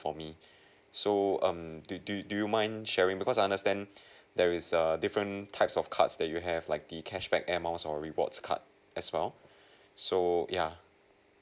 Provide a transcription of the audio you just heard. for me so um do do you do you mind sharing because I understand there is err different types of cards that you have like the cashback amounts or rewards card as well so ya